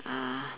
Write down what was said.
ah